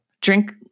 drink